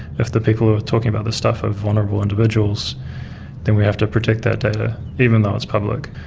if the people who are talking about this stuff are vulnerable individuals then we have to protect that data, even though it's public.